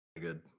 good